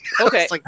okay